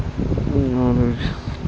اور